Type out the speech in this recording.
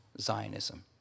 Zionism